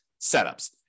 setups